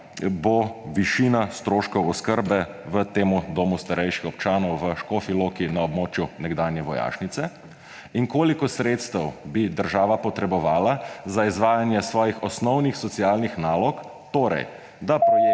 bo višina stroškov oskrbe v tem domu starejših občanov v Škofji Loki na območju nekdanje vojašnice? In koliko sredstev bi država potrebovala za izvajanje svojih osnovnih socialnih nalog, torej da projekt